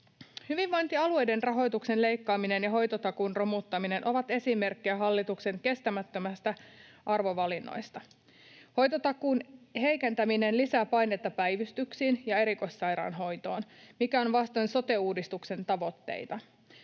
Hyvinvointialueiden rahoituksen leikkaaminen ja hoitotakuun romuttaminen ovat esimerkkejä hallituksen kestämättömistä arvovalinnoista. Hoitotakuun heikentäminen lisää painetta päivystyksiin ja erikoissairaanhoitoon, mikä on vastoin sote-uudistuksen tavoitteita.